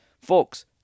folks